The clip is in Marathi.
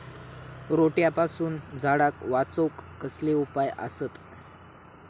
रोट्यापासून झाडाक वाचौक कसले उपाय आसत?